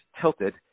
tilted